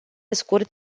scurt